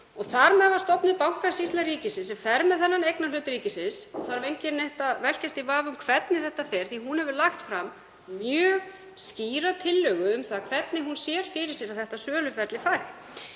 Þar með var stofnuð Bankasýsla ríkisins sem fer með þennan eignarhlut ríkisins. Það þarf enginn að velkjast í vafa um hvernig þetta fer því að hún hefur lagt fram mjög skýra tillögu um hvernig hún sér fyrir sér að söluferlið